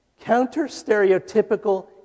Counter-stereotypical